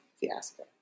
fiasco